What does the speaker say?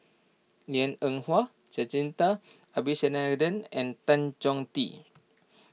Liang Eng Hwa Jacintha Abisheganaden and Tan Choh Tee